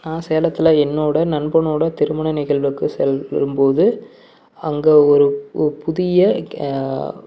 நான் சேலத்தில் என்னோடய நண்பனோடய திருமண நிகழ்வுக்கு செல்லும்போது அங்கே ஒரு ஒரு புதிய